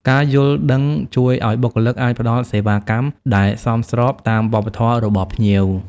ការយល់ដឹងជួយឱ្យបុគ្គលិកអាចផ្តល់សេវាកម្មដែលសមស្របតាមវប្បធម៌របស់ភ្ញៀវ។